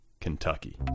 Kentucky